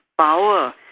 power